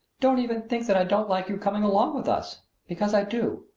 don't even think that i don't like your coming along with us because i do.